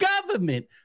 government